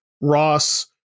Ross